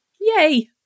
Yay